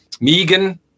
Megan